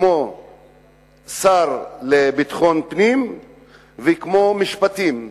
כמו שר לביטחון פנים וכמו שר משפטים,